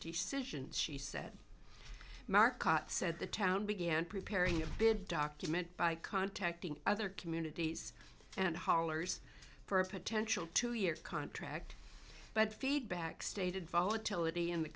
decisions she said marcotte said the town began preparing a bid document by contacting other communities and hollers for a potential two year contract but feedback stated volatility in the